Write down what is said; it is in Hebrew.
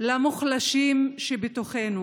למוחלשים שבתוכנו,